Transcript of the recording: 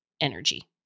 energy